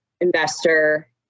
investor